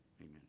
amen